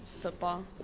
football